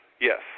Yes